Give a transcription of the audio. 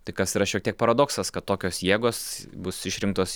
tai kas yra šiek tiek paradoksas kad tokios jėgos bus išrinktos